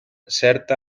certa